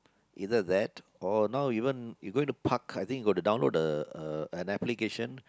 either that or now even you going to park I think you got to download the uh an application